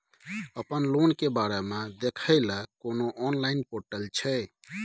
अपन लोन के बारे मे देखै लय कोनो ऑनलाइन र्पोटल छै?